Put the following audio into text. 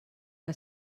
que